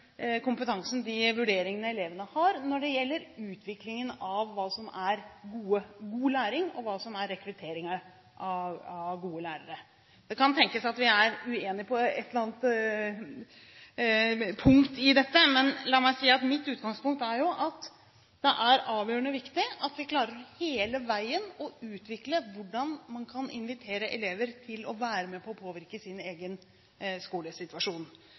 kompetansen, de vurderingene, elevene har når det gjelder utviklingen av hva som er god læring, og hva som er rekruttering av gode lærere. Det kan tenkes at vi er uenige på et eller annet punkt i dette, men la meg si at mitt utgangspunkt er at det er avgjørende viktig at vi hele veien klarer å utvikle hvordan man kan invitere elever til å være med på å påvirke sin egen skolesituasjon.